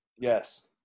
Yes